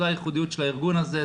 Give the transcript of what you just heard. זו הייחודיות של הארגון הזה,